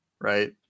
right